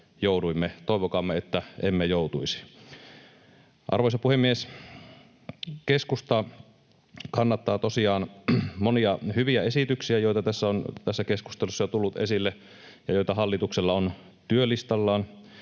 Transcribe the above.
Toivokaamme, että emme joutuisi. Arvoisa puhemies! Keskusta kannattaa tosiaan monia hyviä esityksiä, joita on tässä keskustelussa jo tullut esille ja joita hallituksella on työlistallaan.